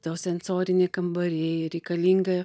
tos sensoriniai kambariai reikalinga